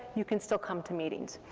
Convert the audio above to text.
you can still come to meetings.